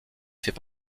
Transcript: fait